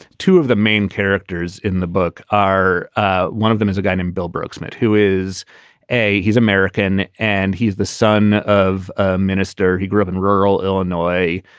two of the main characters in the book are ah one of them is a guy named bill bergsman, who is a he's american and he's the son of a minister. he grew up in rural illinois.